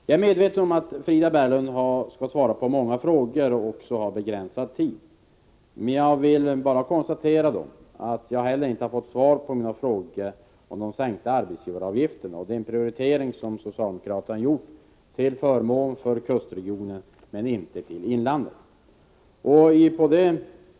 Jag är medveten om att Frida Berglund skall svara på många frågor och att hon har begränsad tid till förfogande, jag bara konstaterar att jag inte heller har fått svar på mina frågor om de sänkta arbetsgivaravgifterna och den prioritering som socialdemokraterna har gjort till förmån för kustregionen men inte till förmån för inlandet.